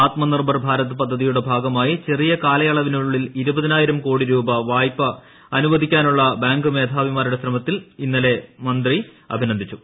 ആത്മനിർഭർ ഭാരത് പദ്ധതിയുടെ ഭാഗമായി ചെറിയ കാലയളവിനുള്ളിൽ ഇരുപതിനായിരം കോടി രൂപ വായ്പ അനുവദിക്കാനുള്ള ബാങ്ക് മേധാവിമാരുടെ ശ്രമത്തെ മന്ത്രി അഭിനന്ദിച്ചു